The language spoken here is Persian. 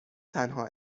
تنها